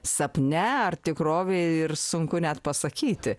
sapne ar tikrovėj ir sunku ne pasakyti